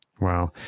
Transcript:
Wow